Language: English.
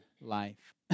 life